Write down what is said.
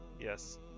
Yes